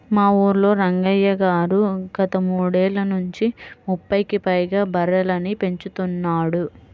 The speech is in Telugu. మా ఊల్లో రంగయ్య గారు గత మూడేళ్ళ నుంచి ముప్పైకి పైగా బర్రెలని పెంచుతున్నాడు